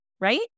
right